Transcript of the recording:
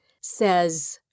says